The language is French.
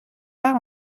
pas